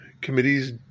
Committees